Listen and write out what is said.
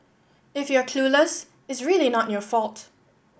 if you're clueless it's really not your fault